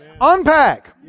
Unpack